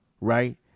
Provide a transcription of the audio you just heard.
Right